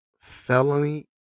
felony